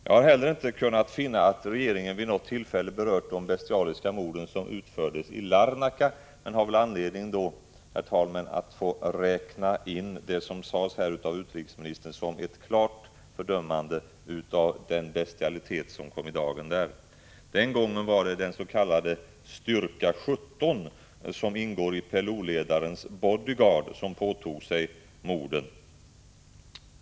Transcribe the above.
Jag har heller inte kunnat finna att regeringen vid något tillfälle har berört de bestialiska morden som utfördes i Larnaca, men det finns väl anledning, herr talman, att tolka det som utrikesministern här sade som ett klart fördömande av den bestialitet som där kom i dagen. Den gången var det den s.k. styrka 17, som ingår i PLO-ledarens body-guard, som påtog sig mordet.